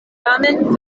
tamen